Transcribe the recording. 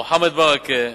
מוחמד ברכה,